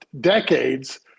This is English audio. decades